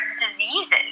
diseases